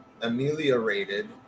ameliorated